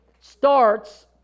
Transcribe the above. starts